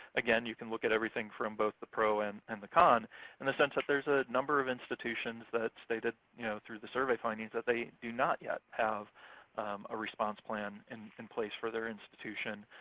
again, you can look at everything from both the pro and and the con in and the sense that there's a number of institutions that stated you know through the survey findings that they do not yet have a response plan in in place for their institution,